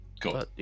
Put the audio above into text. Cool